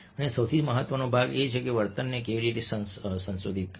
અને સૌથી મહત્વનો ભાગ એ છે કે વર્તનને કેવી રીતે સંશોધિત કરવું